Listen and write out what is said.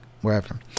wherever